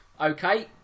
Okay